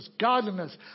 godliness